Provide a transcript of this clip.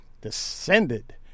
descended